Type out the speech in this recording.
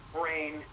brain